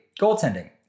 goaltending